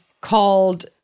called